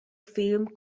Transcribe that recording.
film